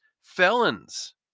Felons